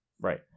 Right